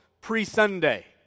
pre-Sunday